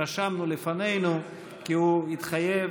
רשמנו לפנינו כי הוא מתחייב